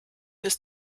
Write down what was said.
ist